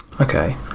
Okay